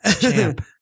champ